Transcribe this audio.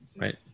Right